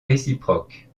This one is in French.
réciproque